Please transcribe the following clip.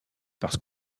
par